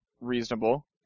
reasonable